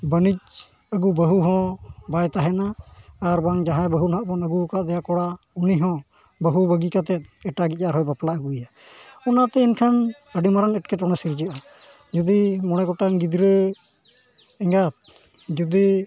ᱵᱟᱹᱱᱤᱡᱽ ᱟᱹᱜᱩ ᱵᱟᱹᱦᱩ ᱦᱚᱸ ᱵᱟᱭ ᱛᱟᱦᱮᱱᱟ ᱟᱨ ᱵᱟᱝ ᱡᱟᱦᱟᱸᱭ ᱵᱟᱹᱦᱩ ᱱᱟᱦᱟᱜ ᱵᱚᱱ ᱟᱹᱜᱩ ᱠᱟᱣᱫᱮᱭᱟ ᱠᱚᱲᱟ ᱩᱱᱤᱦᱚᱸ ᱵᱟᱹᱦᱩ ᱵᱟᱹᱜᱤ ᱠᱟᱛᱮᱫ ᱮᱴᱟᱜᱤᱡ ᱟᱨᱦᱚᱸᱭ ᱵᱟᱯᱞᱟ ᱟᱹᱜᱩᱭᱮᱭᱟ ᱚᱱᱟᱛᱮ ᱮᱱᱠᱷᱟᱱ ᱟᱹᱰᱤ ᱢᱟᱨᱟᱝ ᱮᱴᱠᱮᱴᱚᱬᱮ ᱥᱤᱨᱡᱟᱹᱜᱼᱟ ᱡᱩᱫᱤ ᱢᱚᱬᱮ ᱜᱚᱴᱟᱱ ᱜᱤᱫᱽᱨᱟᱹ ᱮᱸᱜᱟᱛ ᱡᱩᱫᱤ